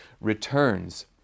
returns